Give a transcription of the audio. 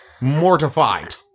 mortified